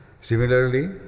Similarly